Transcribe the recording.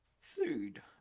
sued